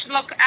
Look